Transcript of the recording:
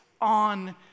on